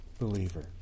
believer